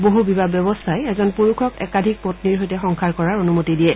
বহুবিবাহ ব্যৱস্থাই এজন পুৰুষক একাধিক পন্নীৰ সৈতে সংসাৰ কৰাৰ অনুমতি দিয়ে